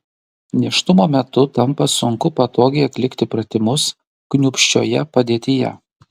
nėštumo metu tampa sunku patogiai atlikti pratimus kniūpsčioje padėtyje